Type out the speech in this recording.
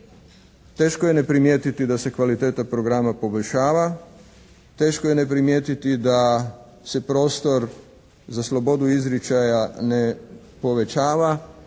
teško je ne primijetiti da se kvaliteta programa poboljšava. Teško je ne primijetiti da se prostor za slobodu izričaja ne povećava